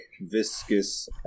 viscous